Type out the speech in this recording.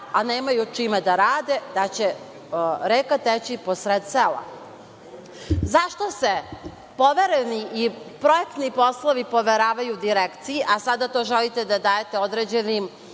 a nemaju čime da rade, da će reka teći posred sela.Zašto se povereni i projektni poslovi poveravaju direkciji, a sada to želite da dajete određenim